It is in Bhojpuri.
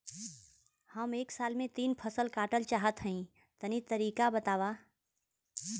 हम एक साल में तीन फसल काटल चाहत हइं तनि सही तरीका बतावा?